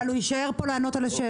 אבל הוא יישאר פה לענות על השאלות?